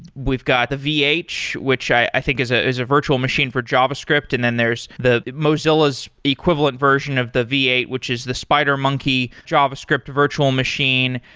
we've got the vh, which i think is ah a virtual machine for javascript, and then there's the mozilla's equivalent version of the v eight, which is the spider monkey javascript virtual machine.